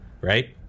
Right